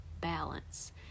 balance